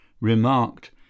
remarked